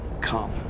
come